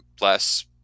less